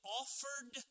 offered